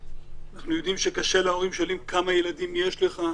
אנחנו יודעים שכששואלים הורים שאיבדו ילד כמה ילדים יש להם,